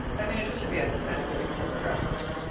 i mean it should be offensive to progressives,